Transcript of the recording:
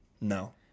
No